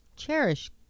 cherish